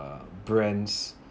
uh brands